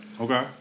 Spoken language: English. Okay